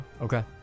Okay